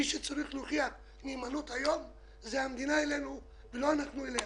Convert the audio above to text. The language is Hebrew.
מי שצריך להוכיח נאמנות היום זה המדינה אלינו ולא אנחנו אליה.